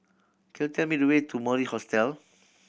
could you tell me the way to Mori Hostel